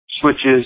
switches